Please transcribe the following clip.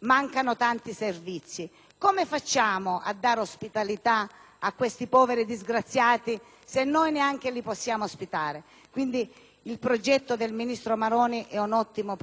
mancano tanti servizi. Come facciamo a dare ospitalità a questi poveri disgraziati se neanche li possiamo ospitare? Quindi, il progetto del ministro Maroni è ottimo.